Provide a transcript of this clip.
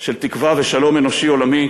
של תקווה ושלום אנושי עולמי,